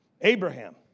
Abraham